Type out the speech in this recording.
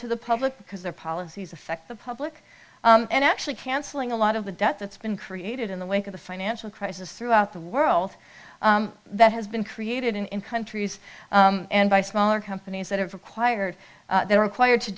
to the public because their policies affect the public and actually canceling a lot of the debt that's been created in the wake of the financial crisis throughout the world that has been created in countries and by smaller companies that have required they're required to